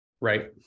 Right